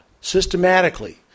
systematically